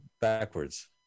backwards